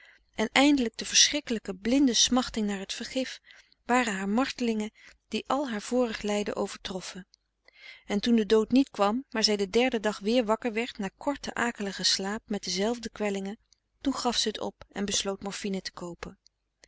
en eindelijk de verschrikkelijke blinde smachting naar het vergif waren haar martelingen die al haar vorig lijden overtroffen en toen de dood niet kwam maar zij den derden dag weer wakker werd na korten akeligen slaap met dezelfde kwellingen toen gaf ze t op en besloot morfine te koopen